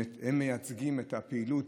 הם מייצגים את הפעילות